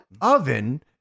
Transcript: oven